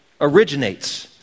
originates